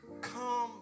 come